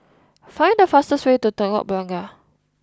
find the fastest way to Telok Blangah